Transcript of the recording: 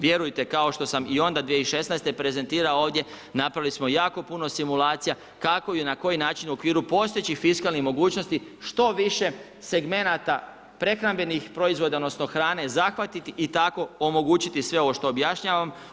Vjerujte, kao što sam i onda 2016. prezentirao ovdje, napravili smo jako puno simulacija kako i na koji način u okviru postojećih fiskalnih mogućnosti što više segmenata prehrambenih proizvoda odnosno hrane zahvatiti i tako omogućiti sve ovo što objašnjavam.